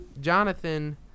Jonathan